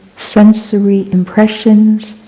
sensory impressions,